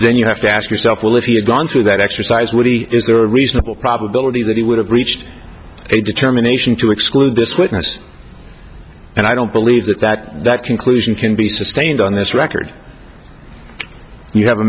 then you have to ask yourself well if he had gone through that exercise would he is there a reasonable probability that he would have reached a determination to exclude this witness and i don't believe that that that conclusion can be sustained on this record you have a